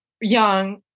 young